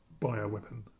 bioweapon